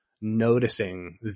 noticing